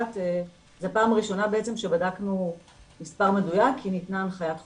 זה פעם ראשונה בעצם שבדקנו מספר מדויק כי ניתנה הנחיית חובה.